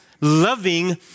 loving